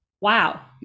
Wow